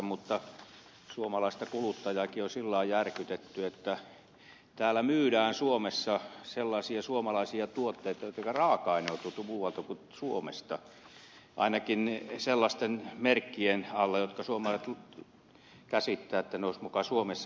mutta suomalaista kuluttajaakin on sillä lailla järkytetty että täällä myydään suomessa sellaisia suomalaisia tuotteita joitten raaka aine on tuotu muualta kuin suomesta ainakin sellaisten merkkien alla joista suomalaiset käsittävät että ne olisivat muka suomessa tehty